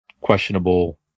questionable